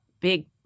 big